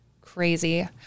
Crazy